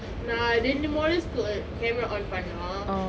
நா ரெண்டு மூணு:naa rendu moonu school camera on பண்ணனும்:pannanum